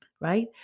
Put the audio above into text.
right